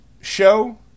show